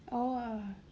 oh ah